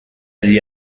agli